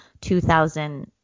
2000